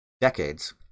decades